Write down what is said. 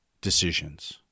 decisions